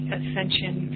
Ascension